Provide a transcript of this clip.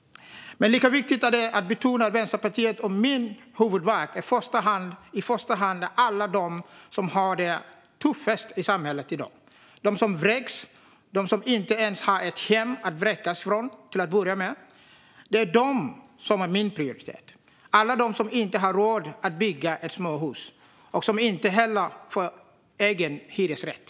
Men lika viktigt är det att betona att Vänsterpartiets och min huvudvärk i första hand är alla de som har det tuffast i samhället. Det gäller dem som vräks och dem som inte ens har ett hem att vräkas från, till att börja med. Det är de som är min prioritet, det vill säga alla de som inte ha råd att bygga ett småhus och som inte heller får en egen hyresrätt.